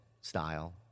style